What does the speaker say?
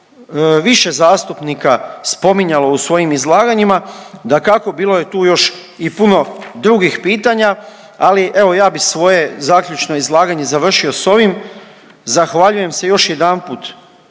više zastupnika spominjalo u svojim izlaganjima, dakako bilo je tu još i puno drugih pitanja, ali evo ja bi svoje zaključno izlaganje zavrio s ovim. Zahvaljujem se još jedanput